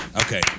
Okay